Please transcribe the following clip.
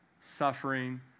suffering